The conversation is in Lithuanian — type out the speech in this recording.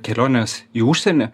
keliones į užsienį